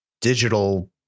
digital